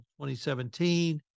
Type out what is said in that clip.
2017